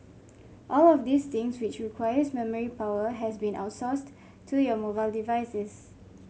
all of these things which requires memory power has been outsourced to your mobile devices